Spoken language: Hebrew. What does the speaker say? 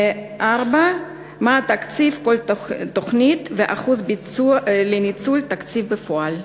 4. מה הוא תקציב כל תוכנית ומה הוא אחוז ניצול התקציב בפועל?